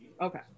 Okay